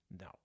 no